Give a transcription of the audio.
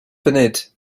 funud